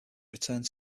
returned